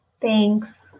Thanks